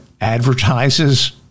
advertises